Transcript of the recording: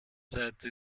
seite